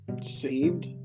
saved